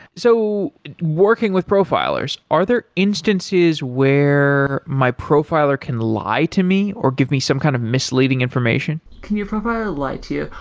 so working with profilers, are there instances where my profiler can lie to me or give me some kind of misleading information? can your profiler lie to you?